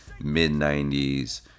mid-90s